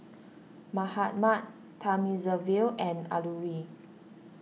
Mahatma Thamizhavel and Alluri